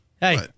hey